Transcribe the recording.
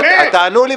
תענו לי,